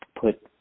put